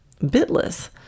bitless